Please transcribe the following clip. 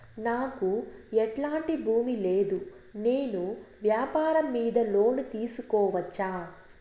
నాకు ఎట్లాంటి భూమి లేదు నేను వ్యాపారం మీద లోను తీసుకోవచ్చా?